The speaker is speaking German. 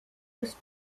ist